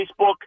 Facebook